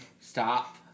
Stop